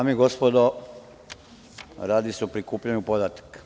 Dame i gospodo, radi se o prikupljanju podataka.